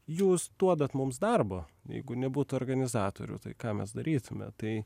jūs duodat mums darbo jeigu nebūtų organizatorių tai ką mes darytume tai